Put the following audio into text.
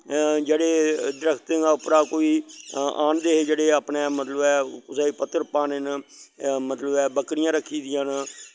जेह्ड़े दरख्तें दे उप्परा कोई आह्नदे दे जेह्ड़े अपनै मतलव ऐ कुसै पत्तर पाने न मतलव ऐ बक्करियां रक्खी दियां नै